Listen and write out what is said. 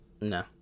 No